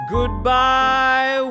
Goodbye